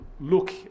look